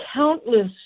countless